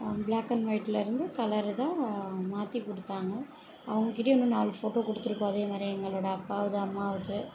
black and ஒயிட்ல இருந்து colour தான் மாற்றி கொடுத்தாங்க அவங்கக்கிட்டயே இன்னும் நாலு ஃபோட்டோ கொடுத்துருக்கோம் அதேமாதிரி எங்களோடய அப்பாவுது அம்மாவுது